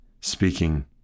speaking